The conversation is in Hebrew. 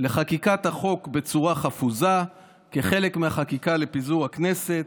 לחקיקת החוק בצורה חפוזה כחלק מהחקיקה לפיזור הכנסת.